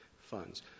funds